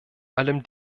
allem